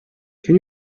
can